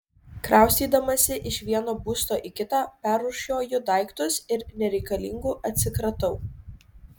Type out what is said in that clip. kraustydamasi iš vieno būsto į kitą perrūšiuoju daiktus ir nereikalingų atsikratau